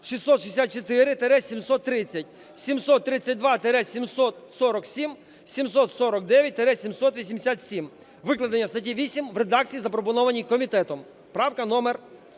664-730, 732-747, 749-787, викладеній в статті 8 в редакції, запропонованій комітетом. Правка номер